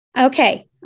Okay